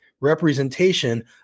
representation